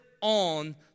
on